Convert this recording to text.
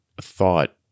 thought